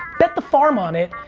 bet the farm on it,